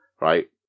right